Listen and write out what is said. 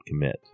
commit